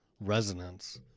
resonance